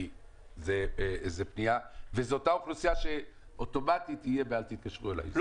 וזו אותה אוכלוסייה שאוטומטית תהיה באל תתקשרו אליי.